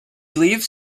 leaves